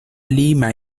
lima